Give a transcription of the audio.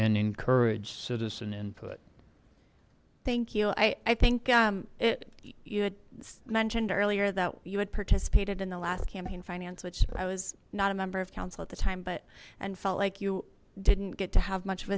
and encourage citizen input thank you i think it you mentioned earlier that you had participated in the last campaign finance which i was not a member of council at the time but and felt like you didn't get to have much of